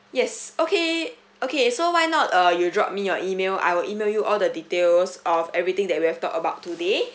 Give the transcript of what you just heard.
yes okay okay so why not uh you drop me your email I will email you all the details of everything that we have talked about today